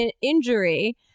injury